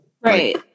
Right